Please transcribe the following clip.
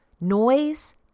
Noise